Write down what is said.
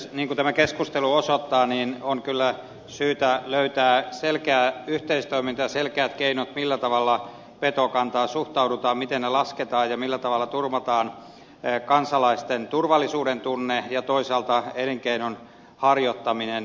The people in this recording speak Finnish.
niin kuin tämä keskustelu osoittaa on kyllä syytä löytää selkeä yhteistoiminta ja selkeät keinot millä tavalla petokantaan suhtaudutaan miten pedot lasketaan ja millä tavalla turvataan kansalaisten turvallisuudentunne ja toisaalta elinkeinon harjoittaminen